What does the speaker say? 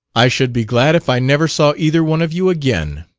i should be glad if i never saw either one of you again!